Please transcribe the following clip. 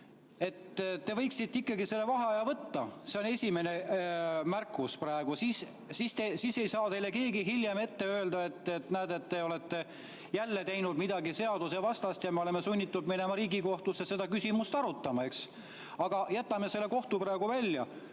Te võiksite ikkagi selle vaheaja võtta. See on esimene märkus praegu. Siis ei saa teile keegi hiljem öelda, et näed, te olete jälle teinud midagi seadusvastast ja me oleme sunnitud minema Riigikohtusse seda küsimust arutama. Aga jätame selle kohtu praegu välja.